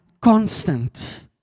constant